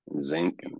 zinc